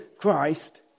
Christ